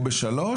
או בשלוש,